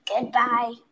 Goodbye